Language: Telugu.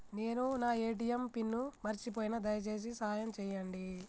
నేను నా ఏ.టీ.ఎం పిన్ను మర్చిపోయిన, దయచేసి సాయం చేయండి